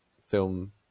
film